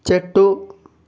చెట్టు